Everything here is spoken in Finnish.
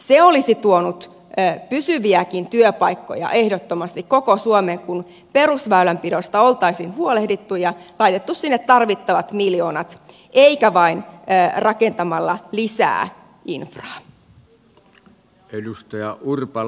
se olisi tuonut pysyviäkin työpaikkoja ehdottomasti koko suomeen kun perusväylänpidosta olisi huolehdittu ja laitettu sinne tarvittavat miljoonat eikä vain rakennettu lisää infraa